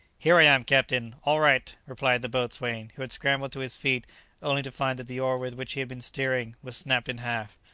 here i am, captain all right! replied the boatswain, who had scrambled to his feet only to find that the oar with which he had been steering was snapped in half.